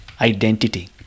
identity